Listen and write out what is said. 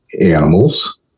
animals